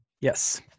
Yes